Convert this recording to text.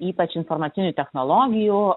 ypač informacinių technologijų